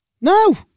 No